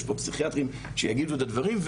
יש פה פסיכיאטרים שיגידו את הדברים,